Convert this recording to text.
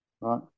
right